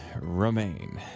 remain